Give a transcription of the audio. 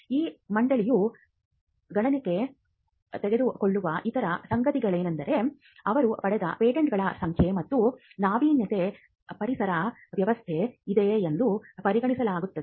ಈ ಮಂಡಳಿಯು ಗಣನೆಗೆ ತೆಗೆದುಕೊಳ್ಳುವ ಇತರ ಸಂಗತಿಗಳೆಂದರೆ ಅವರು ಪಡೆದ ಪೇಟೆಂಟ್ಗಳ ಸಂಖ್ಯೆ ಮತ್ತು ನಾವೀನ್ಯತೆ ಪರಿಸರ ವ್ಯವಸ್ಥೆ ಇದೆಯೇ ಎಂದು ಪರಿಗಣಿಸುತ್ತಾರೆ